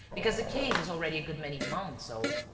because the case is already a good many months old.